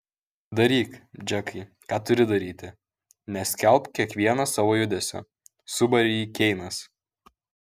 daryk džekai ką turi daryti neskelbk kiekvieno savo judesio subarė jį keinas